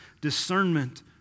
discernment